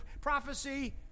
prophecy